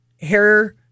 hair